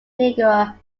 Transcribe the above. leaguer